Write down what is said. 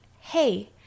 hey